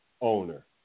owner